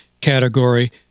category